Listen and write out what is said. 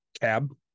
cab